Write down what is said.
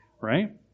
right